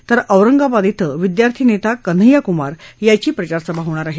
तर औरंगाबाद इथं विदयार्थी नेता कन्हैया क्मार यांची प्रचार सभा होणार आहे